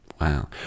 Wow